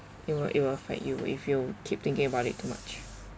it will it will affect you if you keep thinking about it too much